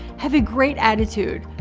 have a great attitude,